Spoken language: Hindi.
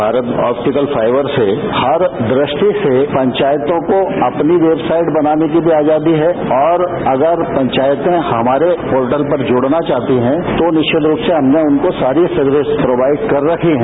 भारत ऑप्टिकल फाइबर से हर दृष्टि से पंचायतों को अपनी वेबसाइट बनाने की आजादी है और अगर पंचायतें हमारे पोर्टल पर जुड़ना चाहती हैं तो निश्चित रूप से हमने उनको सारी सर्विस प्रोवाइड कर रखी हैं